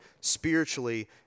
spiritually